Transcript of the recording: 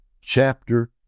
chapter